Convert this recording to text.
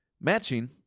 Matching